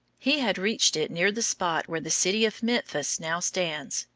he had reached it near the spot where the city of memphis now stands,